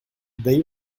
they